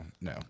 no